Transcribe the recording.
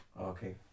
okay